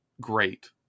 great